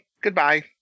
Goodbye